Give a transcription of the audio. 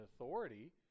authority